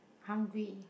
hungry